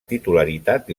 titularitat